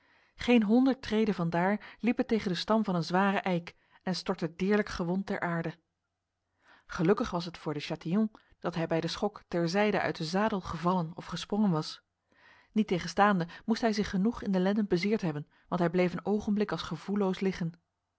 geen honderd treden van daar liep het tegen de stam van een zware eik en stortte deerlijk gewond ter aarde gelukkig was het voor de chatillon dat hij bij de schok ter zijde uit de zadel gevallen of gesprongen was niettegenstaande moest hij zich genoeg in de lenden bezeerd hebben want hij bleef een ogenblik als gevoelloos liggen